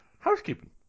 housekeeping